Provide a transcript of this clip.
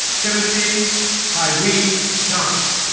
timothy hiwee' johnson